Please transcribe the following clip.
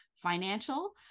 financial